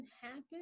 happen